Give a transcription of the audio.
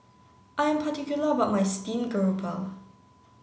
I am particular about my steamed garoupa